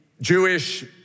Jewish